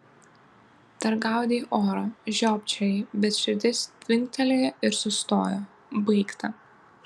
dar gaudei orą žiopčiojai bet širdis tvinktelėjo ir sustojo baigta